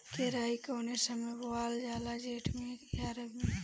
केराई कौने समय बोअल जाला जेठ मैं आ रबी में?